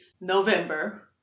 November